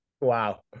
Wow